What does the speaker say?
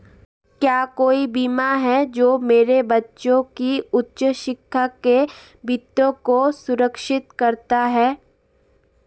क्या कोई बीमा है जो मेरे बच्चों की उच्च शिक्षा के वित्त को सुरक्षित करता है?